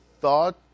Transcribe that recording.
thought